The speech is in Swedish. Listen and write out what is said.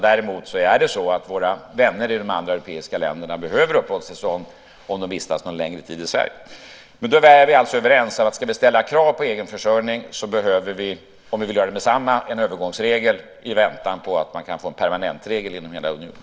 Däremot är det så att våra vänner i de andra europeiska länderna behöver uppehållstillstånd om de vistas någon längre tid i Sverige. Då är vi alltså överens om att om vi ska ställa krav på en egen försörjning behöver vi, om vi vill göra det meddetsamma, en övergångsregel i väntan på att man kan få en permanentregel inom hela unionen.